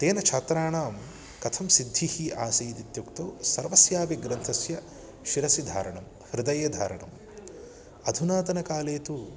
तेन छात्राणां कथं सिद्धिः आसीत् इत्युक्तौ सर्वस्यापि ग्रन्थस्य शिरसि धारणं हृदये धारणम् अधुनातनकाले तु